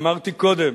אמרתי קודם,